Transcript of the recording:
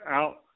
out